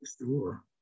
sure